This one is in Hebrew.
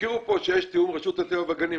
הזכירו פה שיש תיאום עם רשות הטבע והגנים,